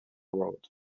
road